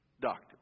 doctor